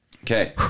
Okay